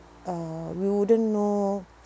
uh we wouldn't know